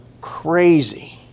crazy